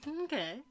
okay